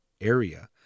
area